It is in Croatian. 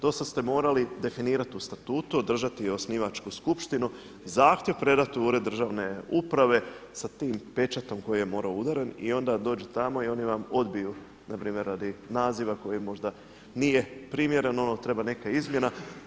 Do sada ste morali definirati u statutu, održati osnivačku skupštinu, zahtjev predati u ured državne uprave sa tim pečatom koji je morao biti udaren i onda dođu tamo i oni vam odbiju npr. radi naziva koji možda nije primjeren, treba neka izmjena.